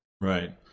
Right